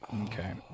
Okay